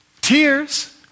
Tears